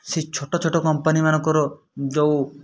ସେଇ ଛୋଟ ଛୋଟ କମ୍ପାନୀ ମାନଙ୍କର ଯେଉଁ